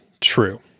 true